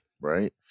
Right